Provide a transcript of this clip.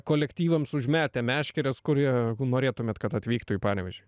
kolektyvams užmetę meškeres kurie norėtumėt kad atvyktų į panevėžį